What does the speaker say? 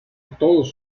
todos